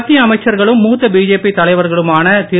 மத்திய அமைச்சர்களும் மூத்த பிஜேபி தலைவர்களுமான திரு